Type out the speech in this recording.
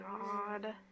god